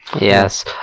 Yes